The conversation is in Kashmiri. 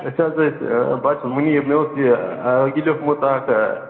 أسۍ حظ ٲسۍ بہٕ حظ چھُس مُنیٖب مےٚ اوس یہِ لیٛوٗکھمُت اَکھ